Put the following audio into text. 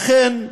אכן,